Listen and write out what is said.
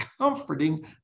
comforting